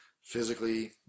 physically